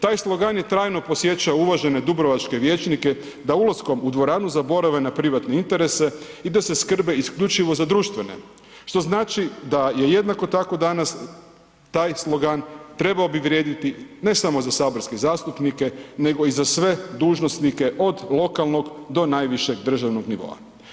Taj slogan je trajno podsjećao uvažene dubrovačke vijećnike da ulaskom u dvoranu zaborave na privatne interese i da se skrbe isključivo za društvene, što znači da je jednako tako danas taj slogan, trebao bi vrijediti, ne samo za saborske zastupnike, nego i za sve dužnosnike od lokalnog do najvišeg državnog nivoa.